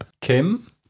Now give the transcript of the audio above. Kim